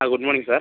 ആ good morning sir